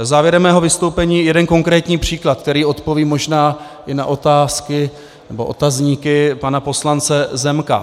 Závěrem mého vystoupení jeden konkrétní příklad, který odpoví možná i na otazníky pana poslance Zemka.